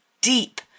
deep